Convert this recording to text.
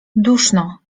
duszno